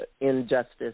injustice